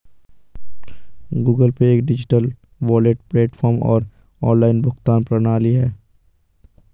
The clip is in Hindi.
गूगल पे एक डिजिटल वॉलेट प्लेटफ़ॉर्म और ऑनलाइन भुगतान प्रणाली है